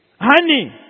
Honey